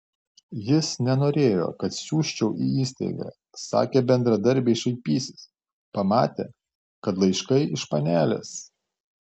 jis nenorėjo kad siųsčiau į įstaigą sakė bendradarbiai šaipysis pamatę kad laiškai iš panelės